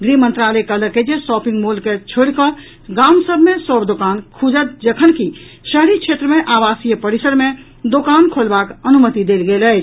गृह मंत्रालय कहलक अछि जे शॉपिंग मॉल के छोड़ि कऽ गाम सभ मे सभ दोकान खुजत जखनकि शहरी क्षेत्र मे आवासीय परिसर मे दोकान खोलबाक अनुमति देल गेल अछि